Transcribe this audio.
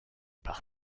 pare